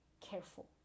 careful